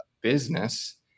business